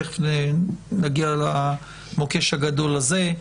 תכף נגיע למוקש הגדול הזה,